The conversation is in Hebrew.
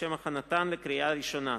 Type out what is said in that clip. לשם הכנתן לקריאה ראשונה: